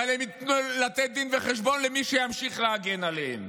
אבל הם ייתנו דין וחשבון למי שימשיך להגן עליהם.